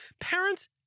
Parents